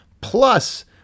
plus